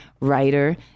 writer